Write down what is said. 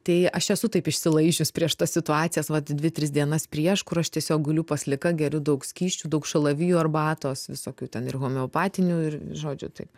tai aš esu taip išsilaižius prieš tas situacijas vat dvi tris dienas prieš kur aš tiesiog guliu paslika geriu daug skysčių daug šalavijų arbatos visokių ten ir homeopatinių ir žodžiu taip